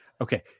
Okay